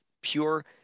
pure